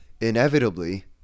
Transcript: inevitably